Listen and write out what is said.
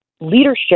leadership